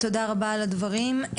תודה רבה על הדברים,